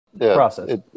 process